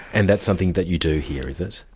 and that's something that you do here, is it?